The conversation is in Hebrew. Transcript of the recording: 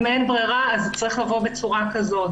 אם אין ברירה אז זה צריך לבוא בצורה כזאת.